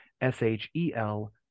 S-H-E-L